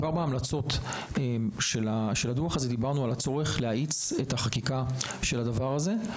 כבר בהמלצות של הדוח הזה דיברנו על הצורך להאיץ את החקיקה של הדבר הזה,